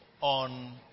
on